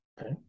Okay